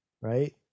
right